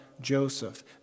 Joseph